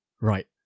Right